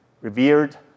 revered